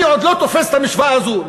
אני עוד לא תופס את המשוואה הזאת.